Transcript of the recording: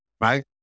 right